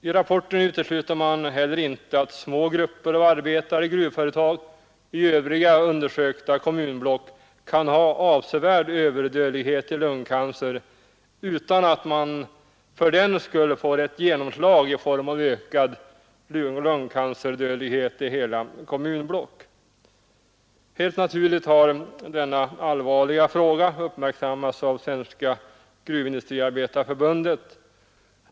I rapporten utesluter man heller inte att små grupper av arbetare i gruvföretag i övriga undersökta kommunblock kan ha avsevärd överdödlighet i lungcancer utan att man fördenskull får ett ”genomslag” i form av ökad lungcancerdödlighet i hela kommunblock. Helt naturligt har denna allvarliga fråga uppmärksammats av Svenska gruvindustriarbetareförbundet.